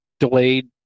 delayed